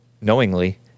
knowingly